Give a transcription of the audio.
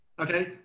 okay